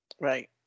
Right